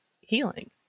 healing